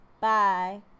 Bye